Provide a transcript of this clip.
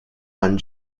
one